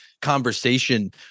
conversation